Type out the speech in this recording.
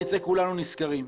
נצא כולנו נשכרים.